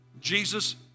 Jesus